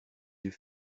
yeux